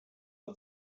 got